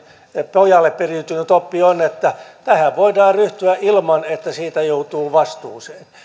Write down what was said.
pojalle periytynyt oppi on että tähän voidaan ryhtyä ilman että siitä joutuu vastuuseen